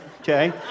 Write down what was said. okay